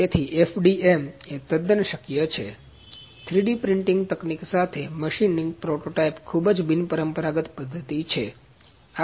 તેથી FDM એ તદ્દન શક્ય છે 3D પ્રિન્ટીંગ તકનીક સાથે મશીનિંગ પ્રોટો ટાઇપિંગ ખૂબ જ બિનપરંપરાગત પદ્ધતિ છે